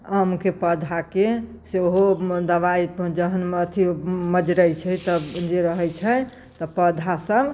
आमके पौधाके सेहो दवाइ जहन अथि मजरैत छै तब जे रहैत छै पौधा सभ